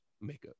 makeup